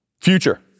future